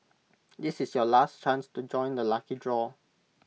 this is your last chance to join the lucky draw